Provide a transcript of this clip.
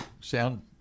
Sound